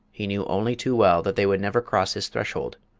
he knew only too well that they would never cross his threshold,